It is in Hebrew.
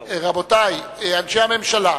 רבותי אנשי הממשלה,